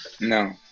No